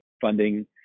funding